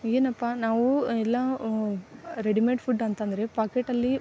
ಏನಪ್ಪ ನಾವು ಎಲ್ಲ ರೆಡಿಮೆಡ್ ಫುಡ್ ಅಂತಂದರೆ ಪಾಕೆಟಲ್ಲಿ